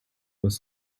was